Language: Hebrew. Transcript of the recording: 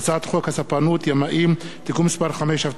הצעת חוק הספנות (ימאים) (תיקון מס' 5),